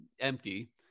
empty